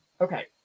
okay